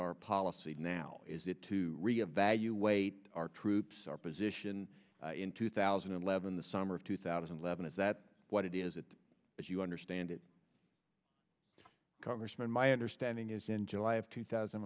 our policy now is it to re evaluate our troops our position in two thousand and eleven the summer of two thousand and eleven is that what it is it as you understand it congressman my understanding is in july of two thousand